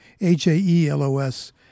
H-A-E-L-O-S